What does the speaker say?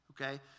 Okay